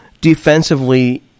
defensively